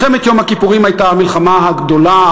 מלחמת יום הכיפורים הייתה המלחמה הגדולה,